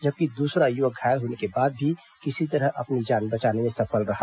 जबकि दूसरा युवक घायल होने के बाद भी किसी तरह अपनी जान बचाने में सफल रहा